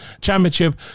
championship